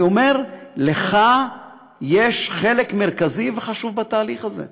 אני אומר: לךָ יש חלק מרכזי וחשוב בתהליך הזה,